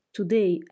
Today